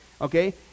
Okay